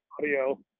audio